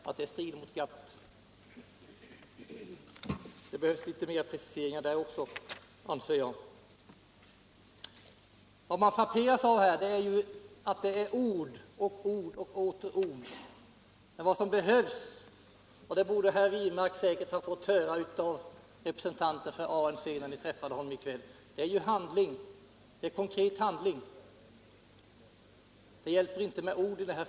Enligt min mening behövs det litet mer precisering även här. Vad man frapperas av är att det är ord, ord och åter ord, men vad som behövs, och det torde herr Wirmark säkert ha fått höra av representanten för ANC när vi träffade honom i kväll, är ju konkret handling.